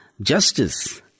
justice